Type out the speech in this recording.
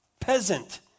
peasant